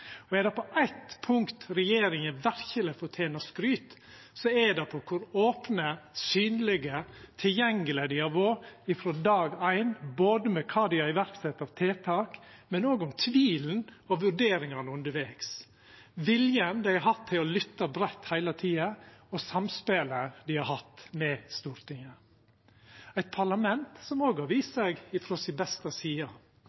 Er det eitt punkt regjeringa verkeleg fortener skryt for, er det på kor opne, synlege og tilgjengelege dei har vore frå dag éin, ikkje berre når det gjeld kva dei har sett i verk av tiltak, men òg om tvilen og vurderingane undervegs, viljen dei har hatt til å lytta breitt heile tida, og samspelet dei har hatt med Stortinget.